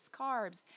carbs